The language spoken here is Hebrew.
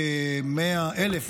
כ-1,000,